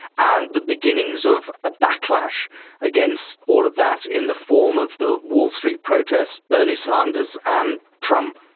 and the beginnings of a backlash against all of that in the form of the wall street protest, bernie sanders and trump.